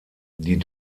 die